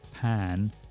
pan